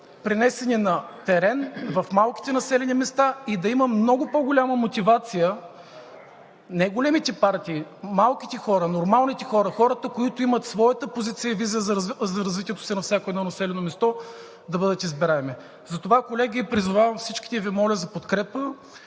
пренесени на терен в малките населени места и да имаме много по-голяма мотивация не големите партии – малките хора, нормалните хора, хората, които имат своята позиция и визия за развитието си на всяко едно населено място, да бъдат избираеми. Затова, колеги, призововам всички и Ви моля за подкрепа